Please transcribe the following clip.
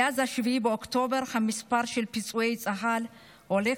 מאז 7 באוקטובר המספר של פצועי צה"ל הולך